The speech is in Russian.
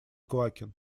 квакин